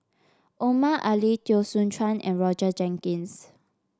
Omar Ali Teo Soon Chuan and Roger Jenkins